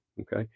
Okay